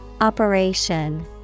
Operation